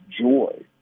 joy